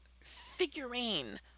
figurine